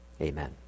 Amen